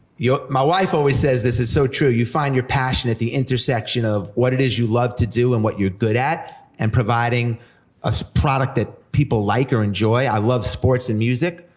my wife always says, this is so true, you find your passion at the intersection of what it is you love to do and what you're good at, and providing a product that people like or enjoy, i love sports and music,